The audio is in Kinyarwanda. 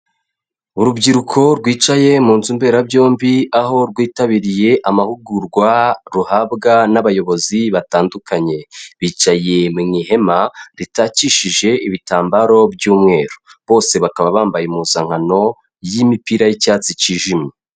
Urubyiruko rwicaye mu nzu mberabyombi, aho rwitabiriye amahugurwa, ruhabwa n'abayobozi batandukanye. Bicaye mu ihema ritakishije ibitambaro by'umweru. Bose bakaba bambaye impuzankano y'imipira y'icyatsi cyijimye.